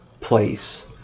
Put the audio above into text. place